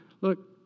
look